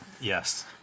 Yes